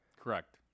Correct